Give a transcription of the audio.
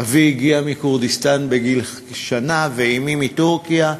אבי הגיע מכורדיסטן בגיל שנה ואמי מטורקיה.